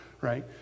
right